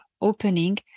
opening